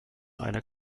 einer